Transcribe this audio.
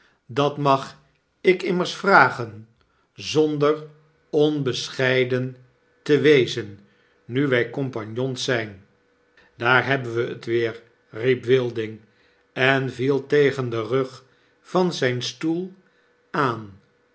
dat mag ik immers vragen zonder onbescheiden te wezen nu wij compagnons zp daar hebben we t weer riep wilding en viel tegen den rug van zp stoel aan